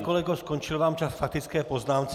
Pane kolego, skončil vám čas k faktické poznámce.